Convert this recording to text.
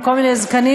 עם כל מיני זקנים.